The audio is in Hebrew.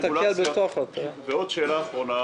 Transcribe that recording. ושאלה אחרונה